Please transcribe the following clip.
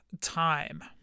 time